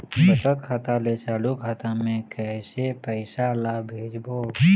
बचत खाता ले चालू खाता मे कैसे पैसा ला भेजबो?